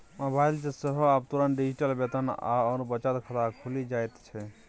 mobile सँ सेहो आब तुरंत डिजिटल वेतन आओर बचत खाता खुलि जाइत छै